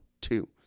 two